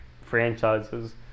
franchises